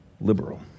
liberal